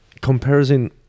Comparison